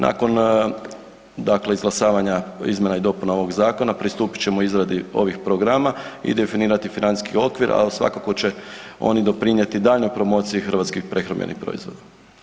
Nakon dakle izglasavanja izmjena i dopuna ovog zakona pristupit ćemo izradi ovih programa i definirati financijski okvir, al svakako će oni doprinjeti daljnjoj promociji hrvatskih prehrambenih proizvoda.